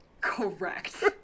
correct